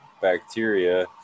bacteria